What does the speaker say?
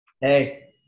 Hey